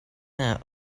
that